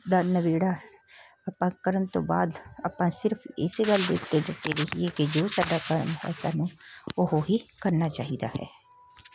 ਦਾ ਨਿਬੇੜਾ ਆਪਾਂ ਕਰਨ ਤੋਂ ਬਾਅਦ ਆਪਾਂ ਸਿਰਫ ਇਸੇ ਗੱਲ ਦੇ ਉੱਤੇ ਡਟੇ ਰਹੀਏ ਕਿ ਜੋ ਸਾਡਾ ਕਰਮ ਹੈ ਸਾਨੂੰ ਉਹ ਹੀ ਕਰਨਾ ਚਾਹੀਦਾ ਹੈ